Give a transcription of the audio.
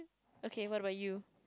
okay what about you